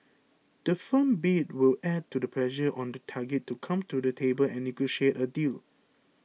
the firm bid will add to the pressure on the target to come to the table and negotiate a deal